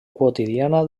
quotidiana